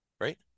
right